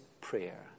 prayer